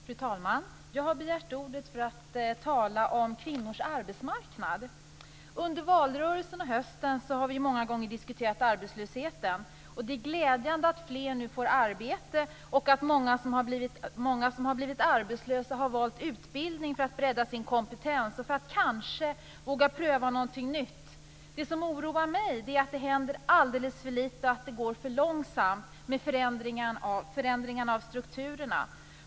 Fru talman! Jag har begärt ordet för att tala om kvinnors arbetsmarknad. Under valrörelsen och hösten har vi många gånger diskuterat arbetslösheten. Det är glädjande att fler nu får arbete och att många som har blivit arbetslösa har valt utbildning för att bredda sin kompetens och kanske våga pröva något nytt. Det som oroar mig är att det händer alldeles för lite och att det går för långsamt med förändringen av strukturerna.